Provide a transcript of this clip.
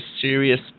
serious